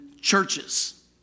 churches